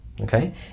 Okay